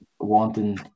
wanting